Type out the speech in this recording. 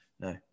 No